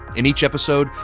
in each episode,